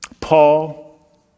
Paul